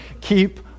keep